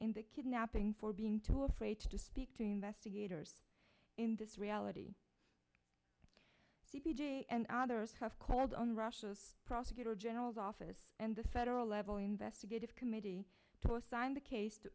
in the kidnapping for being too afraid to speak to investigators in this reality p p d and others have called on russia's prosecutor general's office and the several level investigative committee to assign the case to